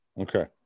Okay